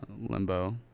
limbo